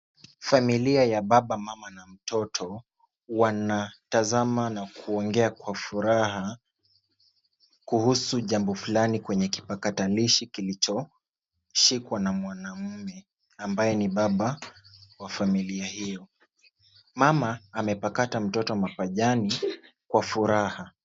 Familia ya baba, mama na mtoto, wanatazama na kuongea kwa furaha kuhusu jambo fulani kwenye kipakatalishi kilichoshikwa na mwanaume ambaye ni baba wa familia hiyo. Mama, amepakata mtoto mapajani kwa furaha.